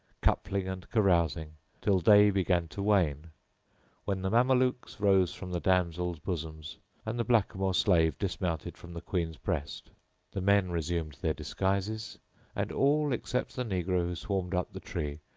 coupling and carousing till day began to wane when the mamelukes rose from the damsels' bosoms and the blackamoor slave dismounted from the queen's breast the men resumed their disguises and all, except the negro who swarmed up the tree,